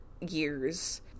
years